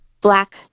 black